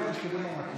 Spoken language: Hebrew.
לא, שקדי מרק.